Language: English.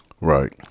Right